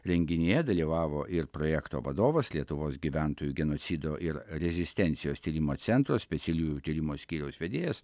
renginyje dalyvavo ir projekto vadovas lietuvos gyventojų genocido ir rezistencijos tyrimo centro specialiųjų tyrimų skyriaus vedėjas